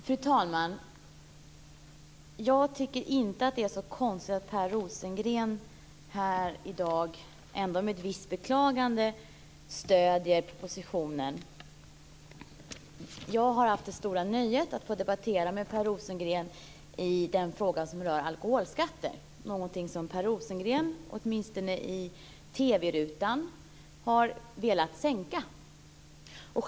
Fru talman! Jag tycker inte att det är så konstigt att Per Rosengren här i dag stöder propositionen, om än med ett visst beklagande. Jag har haft det stora nöjet att få debattera med Per Rosengren i frågan om alkoholskatter. Per Rosengren har velat sänka de skatterna, åtminstone har han sagt så i TV-rutan.